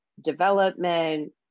development